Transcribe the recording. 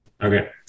Okay